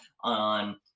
on